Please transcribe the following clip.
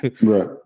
right